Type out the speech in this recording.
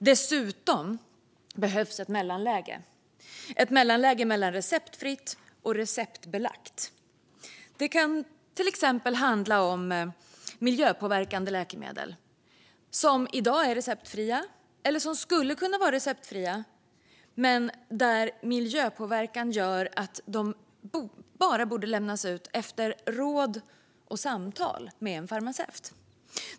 Dessutom behövs ett mellanläge mellan receptfritt och receptbelagt. Det kan till exempel handla om miljöpåverkande läkemedel som i dag är receptfria eller som skulle kunna vara receptfria men där miljöpåverkan gör att de bara borde lämnas ut efter råd och samtal med en farmaceut.